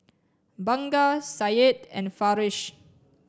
Bunga Syed and Farish